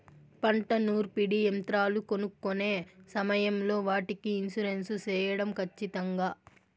పంట నూర్పిడి యంత్రాలు కొనుక్కొనే సమయం లో వాటికి ఇన్సూరెన్సు సేయడం ఖచ్చితంగా?